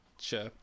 Sure